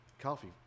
coffee